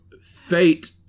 fate